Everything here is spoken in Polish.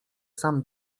sam